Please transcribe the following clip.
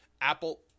Apple